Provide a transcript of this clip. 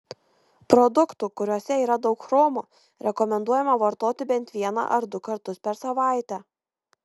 produktų kuriuose yra daug chromo rekomenduojama vartoti bent vieną ar du kartus per savaitę